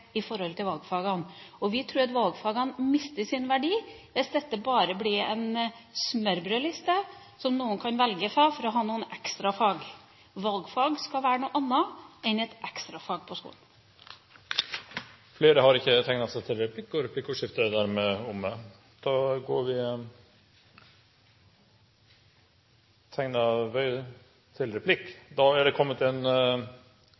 i valgfagene. Vi tror at valgfagene mister sin verdi hvis dette bare blir en smørbrødliste som noen kan velge fra for å ha noen ekstrafag. Valgfag skal være noe annet enn et ekstrafag på skolen. Først har jeg lyst til å si at jeg har også vært på veldig mange skoler som har arbeidslivsfag, og